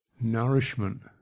nourishment